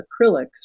acrylics